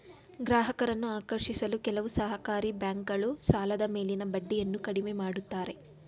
ಗ್ರಾಹಕರನ್ನು ಆಕರ್ಷಿಸಲು ಕೆಲವು ಸಹಕಾರಿ ಬ್ಯಾಂಕುಗಳು ಸಾಲದ ಮೇಲಿನ ಬಡ್ಡಿಯನ್ನು ಕಡಿಮೆ ಮಾಡುತ್ತಾರೆ